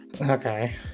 okay